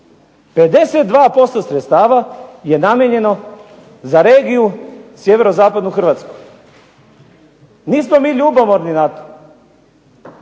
52% sredstava je namijenjeno za regiju Sjeverozapadnu Hrvatsku. Nismo mi ljubomorni na to,